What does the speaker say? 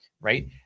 right